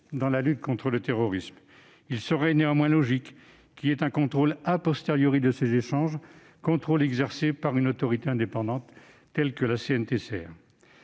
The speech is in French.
dans la lutte contre le terrorisme. Il serait néanmoins logique qu'il y ait un contrôle de ces échanges et que celui-ci soit exercé par une autorité indépendante, telle que la CNCTR.